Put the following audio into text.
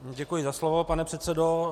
Moc děkuji za slovo, pane předsedo.